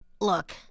Look